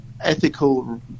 ethical